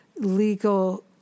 legal